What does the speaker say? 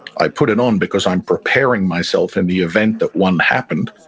i put it on because i'm preparing myself, in the event that one happened,